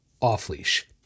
off-leash